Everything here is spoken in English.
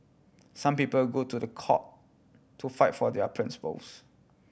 some people go to the court to fight for their principles